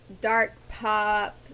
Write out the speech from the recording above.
dark-pop